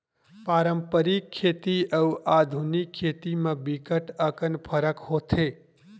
पारंपरिक खेती अउ आधुनिक खेती म बिकट अकन फरक होथे